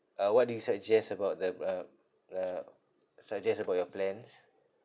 uh what do you suggest about the uh the suggest about your plans